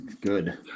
Good